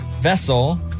vessel